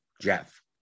Jeff